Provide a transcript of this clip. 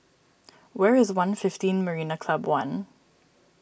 where is one fifteen Marina Club one